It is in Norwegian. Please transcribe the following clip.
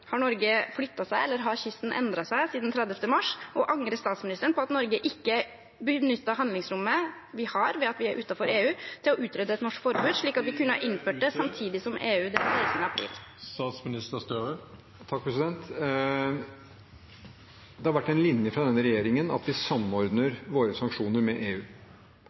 Har Norge flyttet seg, eller har kysten endret seg siden 30. mars? Og angrer statsministeren på at Norge ikke benyttet handlingsrommet vi har, ved at vi er utenfor EU, til å utrede et norsk forbud, slik at vi kunne innføre det samtidig som EU, den 16. april? Det har vært en linje fra denne regjeringen at vi samordner våre sanksjoner med EU.